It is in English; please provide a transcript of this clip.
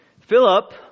Philip